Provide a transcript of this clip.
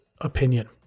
opinion